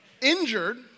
injured